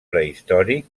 prehistòric